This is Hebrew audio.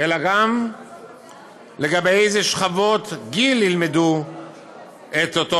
אלא גם בשכבות הגיל שבהן ילמדו את אותו